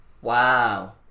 Wow